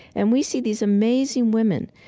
and we see these amazing women.